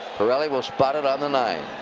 parilli will spot it on the nine.